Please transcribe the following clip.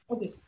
Okay